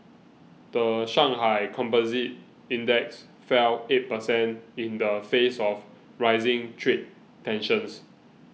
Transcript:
the Shanghai Composite Index fell eight per cent in the face of rising trade tensions